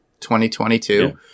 2022